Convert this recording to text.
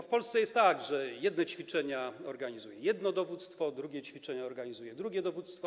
W Polsce jest tak, że jedne ćwiczenia organizuje jedno dowództwo, drugie ćwiczenia organizuje drugie dowództwo.